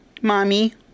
Mommy